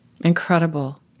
Incredible